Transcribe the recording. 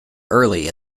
early